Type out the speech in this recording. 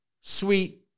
sweet